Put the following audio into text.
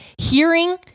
hearing